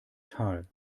tal